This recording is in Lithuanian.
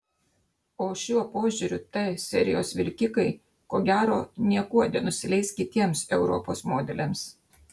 o šiuo požiūriu t serijos vilkikai ko gero niekuo nenusileis kitiems europos modeliams